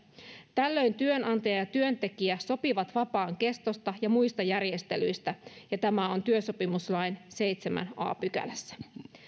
tällöin työnantaja ja työntekijä sopivat vapaan kestosta ja muista järjestelyistä ja tämä on työsopimuslain seitsemännessä a pykälässä